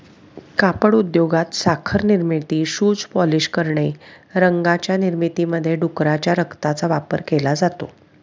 कापड उद्योगात, साखर निर्मिती, शूज पॉलिश करणे, रंगांच्या निर्मितीमध्ये डुकराच्या रक्ताचा वापर केला जातो